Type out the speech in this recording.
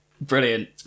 Brilliant